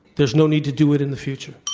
there's no need to do it in the future.